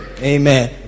amen